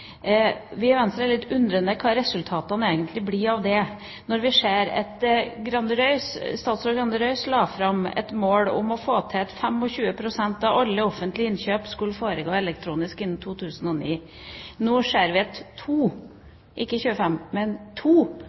Vi i Venstre er litt undrende til hva resultatene egentlig vil bli av det. Tidligere statsråd Grande Røys la fram et mål om at 25 pst. av alle offentlige innkjøp skulle foregå elektronisk innen 2009. Nå, året etter, ser vi at bare 2 pst., ikke 25